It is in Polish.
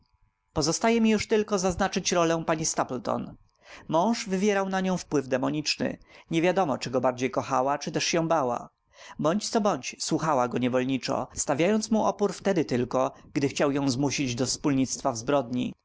mi już tylko zaznaczyć rolę pani stapleton mąż wywierał na nią wpływ demoniczny niewiadomo czy go bardziej kochała czy też się bała bądź co bądź słuchała go niewolniczo stawiając mu opór wtedy tylko gdy chciał ją zmusić do wspólnictwa w zbrodni